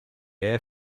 air